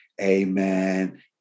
Amen